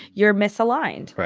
you're misaligned.